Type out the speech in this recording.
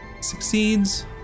succeeds